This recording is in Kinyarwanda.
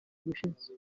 gushize